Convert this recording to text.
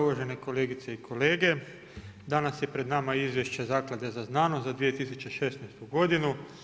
Uvažene kolegice i kolege, danas je pred nama Izvješće o Zakladi za znanost za 2016. godinu.